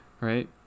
Right